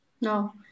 no